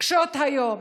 קשות היום.